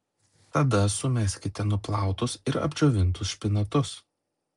tada sumeskite nuplautus ir apdžiovintus špinatus